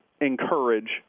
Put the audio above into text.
encourage